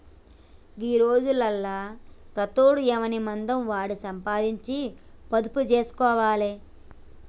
గీ రోజులల్ల ప్రతోడు ఎవనిమందం వాడు సంపాదించి పొదుపు జేస్కోవాలె